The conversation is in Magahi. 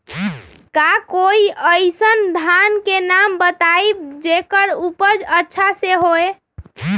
का कोई अइसन धान के नाम बताएब जेकर उपज अच्छा से होय?